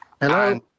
Hello